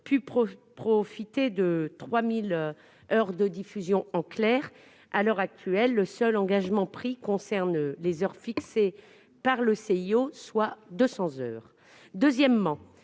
pu profiter de 3 000 heures de diffusion en clair. À l'heure actuelle, le seul engagement pris concerne les heures fixées par le Comité